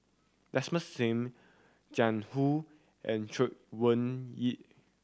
Desmond Sim Jiang Hu and Chay Weng Yew